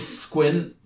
squint